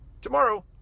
tomorrow